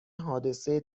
حادثه